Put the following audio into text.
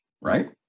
Right